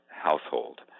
household